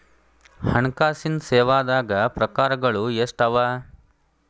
ಹಣ್ಕಾಸಿನ್ ಸೇವಾದಾಗ್ ಪ್ರಕಾರ್ಗಳು ಎಷ್ಟ್ ಅವ?